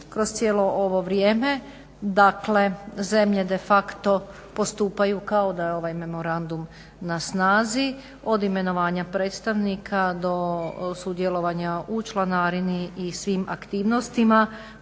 kroz cijelo ovo vrijeme dakle zemlje de facto postupaju kao da je ovaj memorandum na snazi, od imenovanja predstavnika do sudjelovanja u članarini i svim aktivnostima